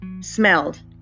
smelled